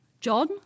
John